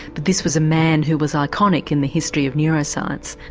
but this was a man who was iconic in the history of neuroscience.